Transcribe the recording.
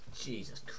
Jesus